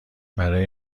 برای